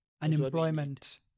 unemployment